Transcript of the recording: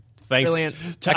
Thanks